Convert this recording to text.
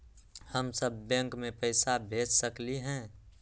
हम सब बैंक में पैसा भेज सकली ह?